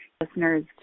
listeners